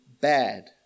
bad